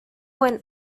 one